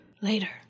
Later